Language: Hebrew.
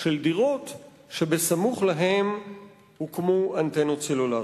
של דירות שסמוך להן הוקמו אנטנות סלולריות.